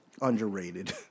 underrated